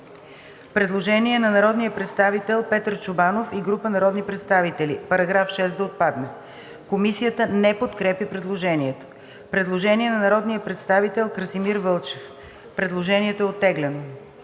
предложение на народния представител Петър Чобанов и група народни представители: „§ 6 да отпадне.“ Комисията не подкрепя предложението. Предложение на народния представител Красимир Вълчев. Предложението е оттеглено.